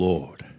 Lord